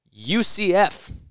UCF